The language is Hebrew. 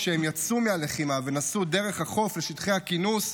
כשהם יצאו מהלחימה ונסעו דרך החוף לשטחי הכינוס,